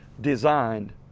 designed